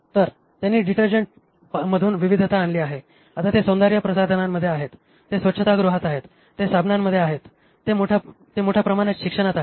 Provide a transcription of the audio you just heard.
तर त्यांनी डिटर्जंट्समधून विविधता आणली आहे आता ते सौंदर्यप्रसाधनांमध्ये आहेत ते स्वच्छतागृहात आहेत ते साबणांमध्ये आहेत आणि ते मोठ्या प्रमाणात शिक्षणात आहेत